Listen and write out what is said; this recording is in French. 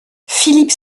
philippe